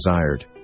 desired